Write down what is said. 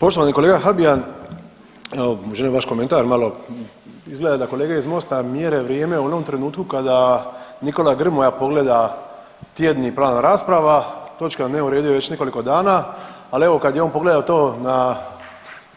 Poštovani kolega Habijan, evo želim vaš komentar, malo izgleda da kolege iz Mosta mjere vrijeme u onom trenutku kada Nikola Grmoja pogleda tjedni plan rasprava, točka na dnevnom redu je već nekoliko dana, al evo kad je on pogledao to na